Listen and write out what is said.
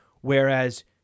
Whereas